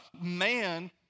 man